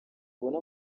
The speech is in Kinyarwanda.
ubona